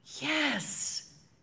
Yes